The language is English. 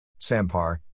Sampar